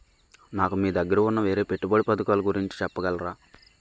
నాకు మీ దగ్గర ఉన్న వేరే పెట్టుబడి పథకాలుగురించి చెప్పగలరా?